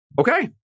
Okay